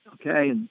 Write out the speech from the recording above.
okay